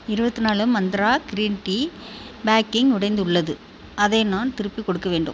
இருபத்து நாலு Myntra green tea packing உடைந்துள்ளது அதை நான் திருப்பிக் கொடுக்க வேண்டும்